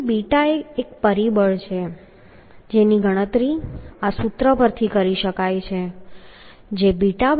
અહીં બીટા એ એક પરિબળ છે જેની ગણતરી આ સૂત્ર પરથી કરી શકાય છે જે 𝛽1